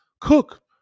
Cook